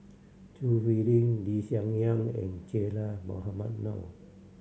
Choo Hwee Lim Lee Hsien Yang and Che Dah Mohamed Noor